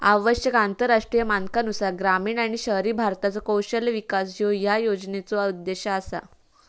आवश्यक आंतरराष्ट्रीय मानकांनुसार ग्रामीण आणि शहरी भारताचो कौशल्य विकास ह्यो या योजनेचो उद्देश असा